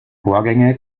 vorgänge